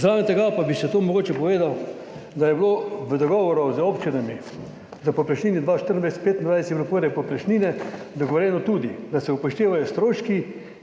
Poleg tega pa bi še to mogoče povedal, da je bilo v dogovoru z občinami za 2024–2025 poleg povprečnine dogovorjeno tudi, da se upoštevajo stroški,